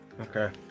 Okay